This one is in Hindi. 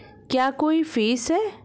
क्या कोई फीस है?